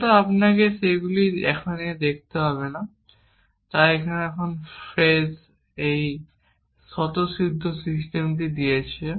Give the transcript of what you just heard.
মূলত আপনাকে সেগুলি এখানে লিখতে হবে না তাই এই ফ্রিজ এই স্বতঃসিদ্ধ সিস্টেমটি দিয়েছে